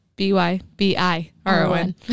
B-Y-B-I-R-O-N